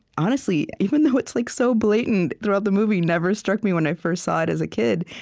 honestly, even though it's like so blatant throughout the movie, never struck me when i first saw it as a kid.